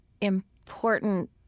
important